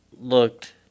looked